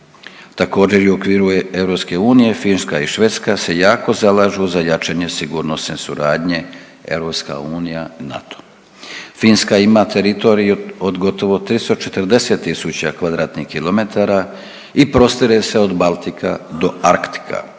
također i u okviru EU Finska i Švedska se jako zalažu za jačanje sigurnosne suradnje EU NATO. Finska ima teritorij od gotovo 340.000 km2 i prostire se od Baltika do Arktika.